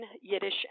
Yiddish